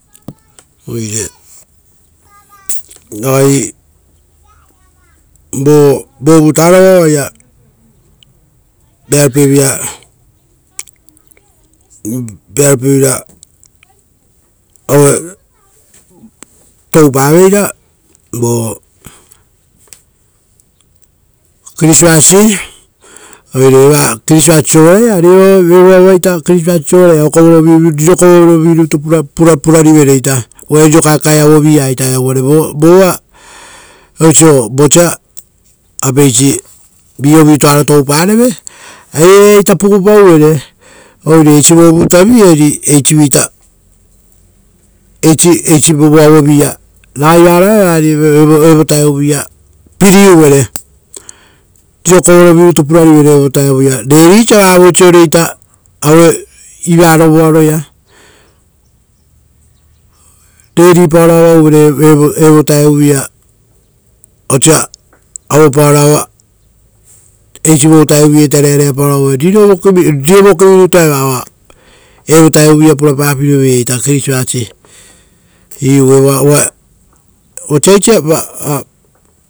Oire ragai vovutaroavao oaia vearopievira toupaveira vo iva opesiaro, oire evo vuta sovaraia ari evoava okorovivu rirokovorovi-rutu purarivere ita uvare riro kaekae vutavi a eva. Uvare vosa vi ovitoaro toupareve vo tarai oupatapi ari eraiaita pugupauvere oire evo vutavi-iaita oaia kovoaravi purarivere evo vutaia. Vatatoposiaita vavosiore iva rovoaro. Vatapopo paoro avauvere evo vutavi-ia. Riro vokivi taporo evoa purapapiro veira evoa iva opesiaro.